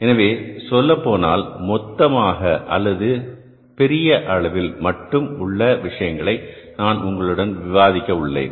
எனவே சொல்லப்போனால் மொத்தமாக அல்லது பெரிய அளவில் மட்டும் உள்ள விஷயங்களை நான் உங்களுடன் விவாதிக்க உள்ளேன்